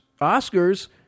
Oscar's